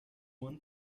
one